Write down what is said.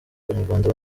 abanyarwanda